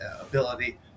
ability